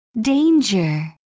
Danger